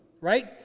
right